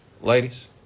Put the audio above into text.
ladies